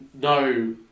no